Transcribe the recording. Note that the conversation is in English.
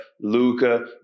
Luca